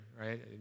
right